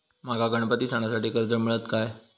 माका गणपती सणासाठी कर्ज मिळत काय?